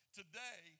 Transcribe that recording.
today